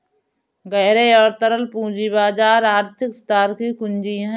गहरे और तरल पूंजी बाजार आर्थिक सुधार की कुंजी हैं,